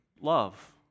love